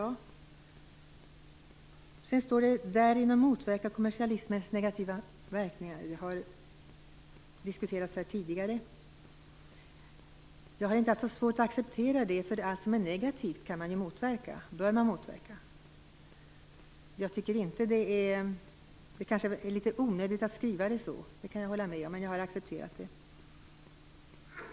I betänkandet står: och därigenom motverka kommersialismens negativa verkningar. Det har diskuterats här tidigare. Jag har inte haft så svårt att acceptera det, därför att allt som är negativt kan och bör motverkas. Jag kan hålla med om att det kanske är litet onödigt att skriva så här, men jag har accepterat det.